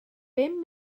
bum